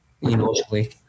emotionally